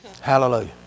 Hallelujah